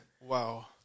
Wow